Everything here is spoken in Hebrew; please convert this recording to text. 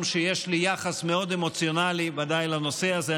שיש לי יחס מאוד אמוציונלי ודאי לנושא הזה,